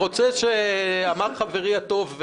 אמר חברי הטוב,